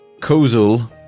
Kozul